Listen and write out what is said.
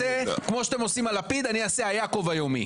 כמו שאתם עושים על לפיד, אני אעשה היעקוב היומי.